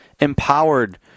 empowered